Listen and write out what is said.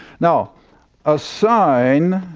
now a sign